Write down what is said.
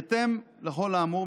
בהתאם לכל האמור,